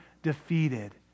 defeated